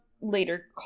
later